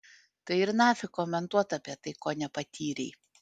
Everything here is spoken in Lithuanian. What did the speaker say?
tai ir nafik komentuot apie tai ko nepatyrei